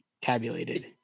tabulated